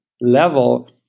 level